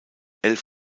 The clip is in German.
elf